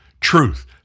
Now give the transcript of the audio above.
truth